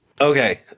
Okay